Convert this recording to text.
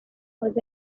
was